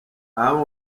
amy